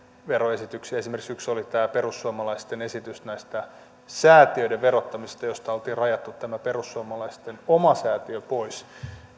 veroesityksiä esimerkiksi yksi oli tämä perussuomalaisten esitys näistä säätiöiden verottamisesta josta oltiin rajattu tämä perussuomalaisten oma säätiö pois